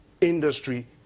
industry